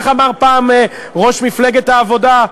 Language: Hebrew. איך אמר פעם ראש מפלגת העבודה,